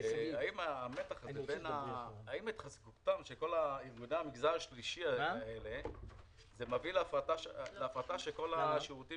האם התחזקות ארגוני המגזר השלישי מביא להפרטה של כל השירותים